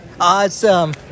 Awesome